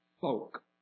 folk